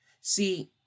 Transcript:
See